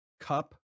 cup